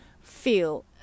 feel